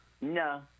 No